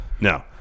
No